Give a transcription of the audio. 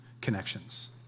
connections